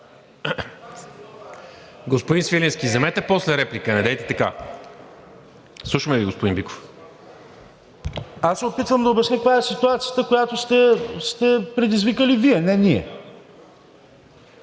Господин Свиленски, вземете после реплика. Недейте така. Слушаме Ви, господин Биков. ТОМА БИКОВ: Аз се опитвам да обясня каква е ситуацията, която сте предизвикали Вие, не ние.